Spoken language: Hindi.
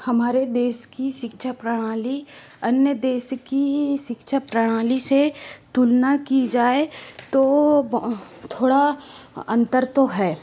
हमारे देश की शिक्षा प्रणाली अन्य देश की शिक्षा प्रणाली से तुलना की जाए तो बहुत थोड़ा अंतर तो है